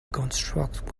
constructed